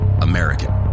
American